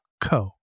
co